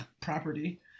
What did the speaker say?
property